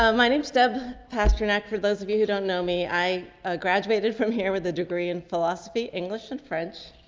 um my name's dub pasternak, for those of you who don't know me, i graduated from here with a degree in philosophy, english and french,